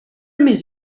més